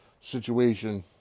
situation